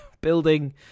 building